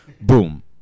boom